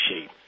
shape